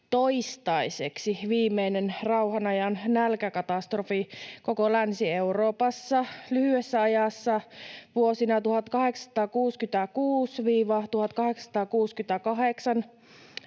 toistaiseksi viimeinen rauhanajan nälkäkatastrofi koko Länsi-Euroopassa. Lyhyessä ajassa vuosina 1866—1868